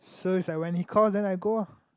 so it's like when he calls then I go lah